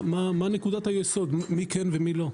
מה נקודת היסוד מי כן ומי לא?